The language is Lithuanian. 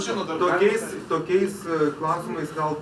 žinote tokiais tokiais klausimais gal